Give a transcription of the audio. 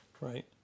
right